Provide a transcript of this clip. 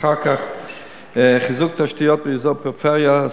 חיזוק תשתיות באזורי פריפריה,